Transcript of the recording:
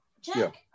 Jack